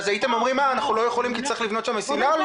הייתם אומרים 'אנחנו לא יכולים כי צריך לבנות שם מסילה'?